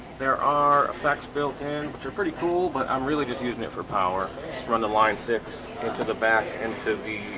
there are effects built-in which are pretty cool but i'm really just using it for power run the line six into the back into the